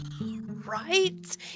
Right